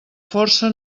força